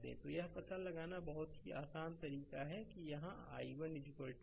तो यह पता लगाने का बहुत आसान तरीका यहाँ i1 है